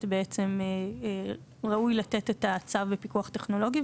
בעצם ראוי לתת את הצו בפיקוח טכנולוגי.